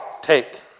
take